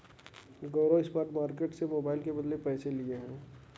गौरव spot market से mobile के बदले पैसे लिए हैं